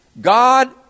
God